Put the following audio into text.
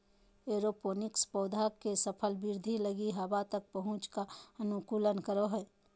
aeroponics पौधा के सफल वृद्धि लगी हवा तक पहुंच का अनुकूलन करो हइ